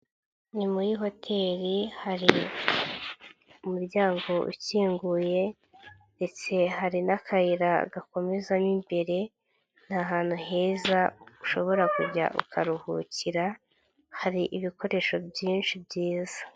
Ni muri hoteli, hari umuryango ukinguye ndetse hari n'akayira gakomeza mo imbere, ni ahantutu heza ushobora kujya ukaruhukira, hari ibikoresho byinshi byiza.